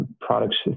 products